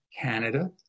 Canada